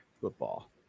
football